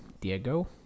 Diego